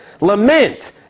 Lament